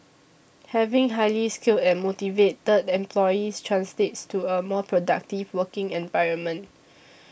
having highly skilled and motivated employees translates to a more productive working environment